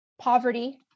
poverty